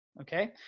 okay